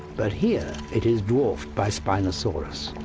but here it is dwarfed by spinosaurus.